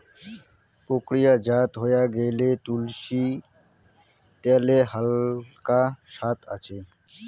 প্রক্রিয়াজাত হয়া গেইলে, তুলসী ত্যালের হালকা সাদ আছে